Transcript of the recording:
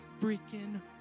freaking